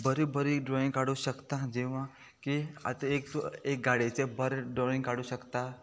बरी बरी ड्रॉईंग काडू शकता जी आतां एक गाडयेचे बरे ड्रॉइंग काडू शकता